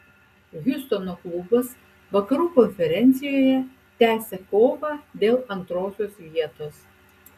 hjustono klubas vakarų konferencijoje tęsia kovą dėl antrosios vietos